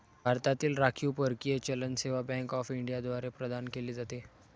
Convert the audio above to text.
भारतातील राखीव परकीय चलन सेवा बँक ऑफ इंडिया द्वारे प्रदान केले जाते